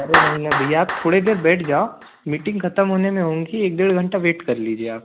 अरे नहीं ना भैया आप थोड़े देर बैठ जाओ मीटिंग ख़त्म होने में उनकी एक ढेड़ घंटा वेट कर लीजिए आप